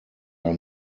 are